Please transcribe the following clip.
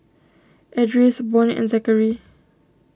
Edris Bonny and Zakary